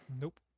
nope